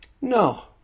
No